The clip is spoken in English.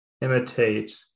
imitate